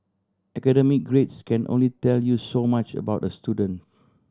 academic grades can only tell you so much about a student